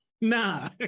nah